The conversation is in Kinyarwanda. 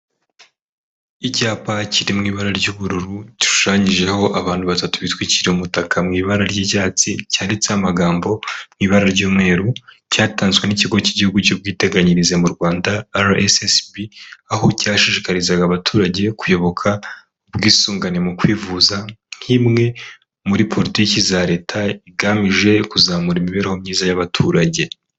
Icyapa kiri mu ibara ry'ubururu gishushanyijeho abantu batatu bitwikiriye umutaka mu ibara ry'icyatsi cyanditseho amagambo ibara ry'umweru, cyatanzwe n'ikigo cy'igihugu cy'ubwiteganyirize mu Rwanda "RSSB". Aho cyashishikarizaga abaturage kuyoboka ubwisungane mu kwivuza nk'imwe muri politiki za Leta igamije kuzamura imibereho myiza y'abaturage.